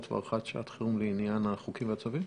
להארכת שעת חירום לעניין החוקים והצווים?